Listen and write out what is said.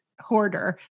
hoarder